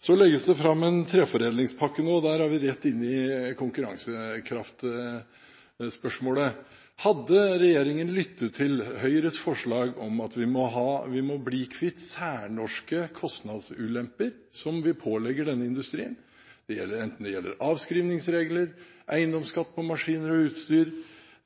Så legges det fram en treforedlingspakke nå, og da er vi rett inne i konkurransekraftspørsmålet. Hadde regjeringen lyttet til Høyres forslag om at vi må bli kvitt særnorske kostnadsulemper som vi pålegger denne industrien – enten det gjelder avskrivningsregler, eiendomsskatt på maskiner og utstyr